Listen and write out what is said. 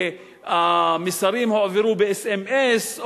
המסרים הועברו באס.אם.אס,